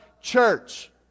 church